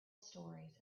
stories